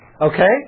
Okay